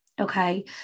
Okay